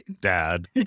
dad